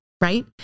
Right